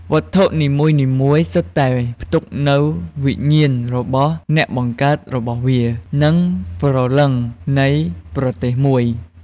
វត្ថុនីមួយៗសុទ្ធតែផ្ទុកនូវវិញ្ញាណរបស់អ្នកបង្កើតរបស់វា និងព្រលឹងនៃប្រទេសមួយ។